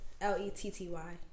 L-E-T-T-Y